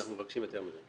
אנחנו מבקשים יותר מזה.